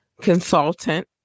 consultant